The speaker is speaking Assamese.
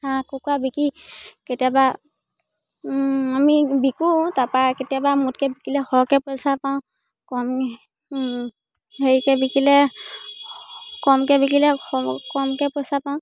হাঁহ কুকুৰা বিকি কেতিয়াবা আমি বিকোঁ তাৰপৰা কেতিয়াবা মুঠকৈ বিকিলে সৰহকৈ পইচা পাওঁ কম হেৰিকৈ বিকিলে কমকৈ বিকিলে কম কমকৈ পইচা পাওঁ